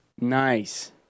Nice